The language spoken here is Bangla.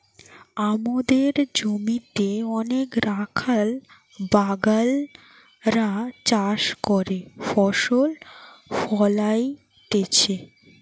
আমদের জমিতে অনেক রাখাল বাগাল রা চাষ করে ফসল ফোলাইতেছে